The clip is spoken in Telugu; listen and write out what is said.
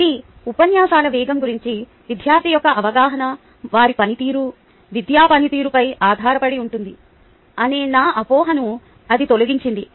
కాబట్టి ఉపన్యాసాల వేగం గురించి విద్యార్థి యొక్క అవగాహన వారి పనితీరు విద్యా పనితీరుపై ఆధారపడి ఉంటుంది అనే నా అపోహను అది తొలగించింది